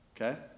okay